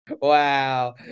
wow